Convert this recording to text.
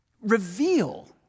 reveal